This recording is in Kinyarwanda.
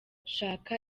shaka